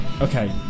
Okay